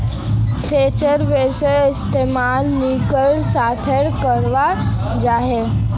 French बेंसेर इस्तेमाल नूडलेर साथे कराल जाहा